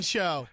Show